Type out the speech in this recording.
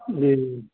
جی جی